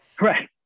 right